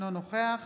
אינו נוכח